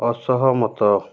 ଅସହମତ